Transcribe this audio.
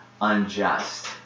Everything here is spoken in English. unjust